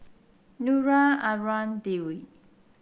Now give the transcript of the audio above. Nura Anuar Dwi